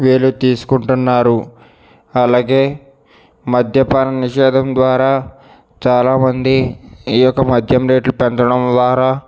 వీళ్ళు తీసుకుంటున్నారు అలాగే మద్యపాన నిషేధం ద్వారా చాలామంది ఈ యొక్క మద్యం రేట్లు పెంచడం ద్వారా